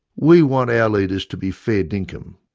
we want our leaders to be fair dinkum,